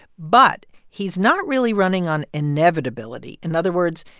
but he's not really running on inevitability. in other words,